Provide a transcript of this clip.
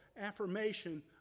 affirmation